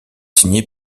signé